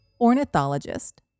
Ornithologist